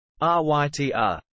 rytr